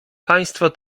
państwo